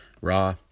raw